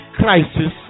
crisis